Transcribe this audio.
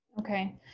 Okay